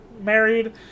married